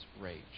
rage